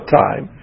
time